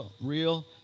real